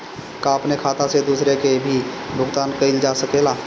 का अपने खाता से दूसरे के भी भुगतान कइल जा सके ला?